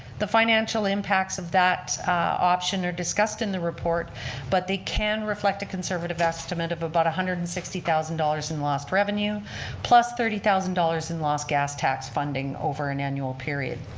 the financial impacts of that option are discussed in the report but they can reflect a conservative estimate of about one hundred and sixty thousand dollars in lost revenue plus thirty thousand dollars in lost gas tax funding over an annual period.